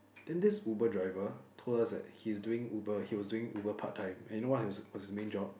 then this Uber driver told us that he's doing Uber he was doing Uber part time and you know what he was was his main job